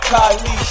Kylie